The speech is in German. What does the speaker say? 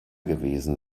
gewesen